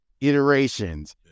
iterations